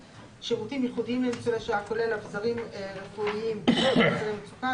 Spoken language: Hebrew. (5) שירותים ייחודיים לניצולי שואה כולל אבזרים רפואיים ולחצני מצוקה,